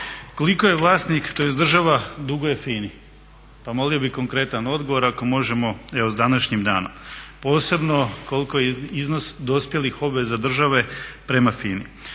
koliko vlasnik tj. država duguje FINA-i, pa molio bih konkretan odgovor ako možemo evo s današnjim danom, posebno koliko je iznos dospjelih obveza države prema FINA-i.